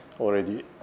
already